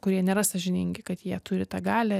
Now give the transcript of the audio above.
kurie nėra sąžiningi kad jie turi tą galią